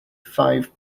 five